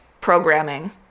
programming